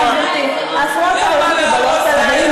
סליחה, גברתי, ההפרעות האלה לא מקובלות עלי.